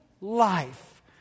life